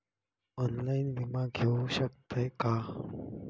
Online विमा घेऊ शकतय का?